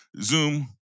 Zoom